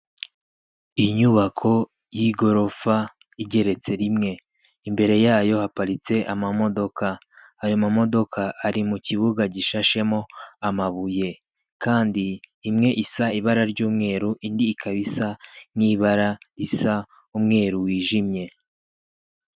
Inyubako y'igorofa igeretse rimwe, imbere yayo haparitse ama modoka, ayo ma modoka ari mu kibuga gishashemo amabuye, kandi imwe isa ibara ry'umweru indi ikabisa n'ibara risa umweru wijimye.